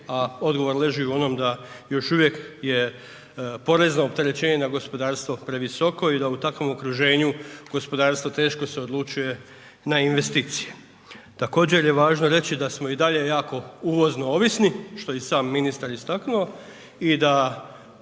a odgovor leži u onom da još uvijek je porezne opterećenje na gospodarstvo previsoko i da u takvom okruženju, gospodarstvo teško se odlučuje na investicije. Također je važno reći da smo i dalje jako uvozno ovisni, što je i sam ministar istaknuo i da